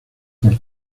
por